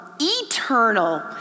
eternal